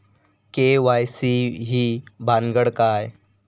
KYC ही भानगड काय?